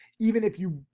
even if you,